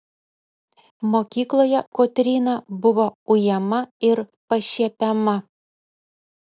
mokykloje kotryna buvo ujama ir pašiepiama